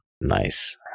Nice